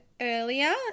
earlier